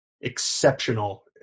exceptional